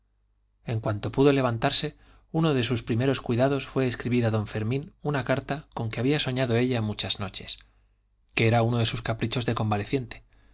en cuanto pudo levantarse uno de sus primeros cuidados fue escribir a don fermín una carta con que había soñado ella muchas noches que era uno de sus caprichos de convaleciente